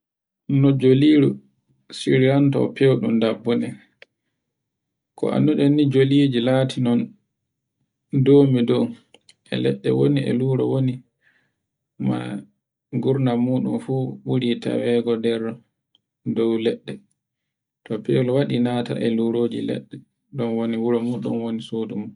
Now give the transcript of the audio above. njoliru siryanto fewɗum na boni, ko annduɗen ni njoliji laatinan domi dow e leɗɗe woni e luro woni maa gurna woni wuri e tawengo nder dow leɗɗe. To fiwol waɗi natorgo e loroje leɗɗe ɗun woni wuro muɗum nata e sudu.